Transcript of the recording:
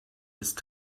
ist